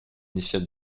initial